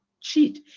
cheat